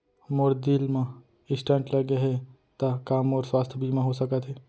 मोर दिल मा स्टन्ट लगे हे ता का मोर स्वास्थ बीमा हो सकत हे?